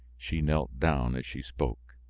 she knelt down as she spoke.